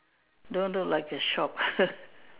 don't look like a shop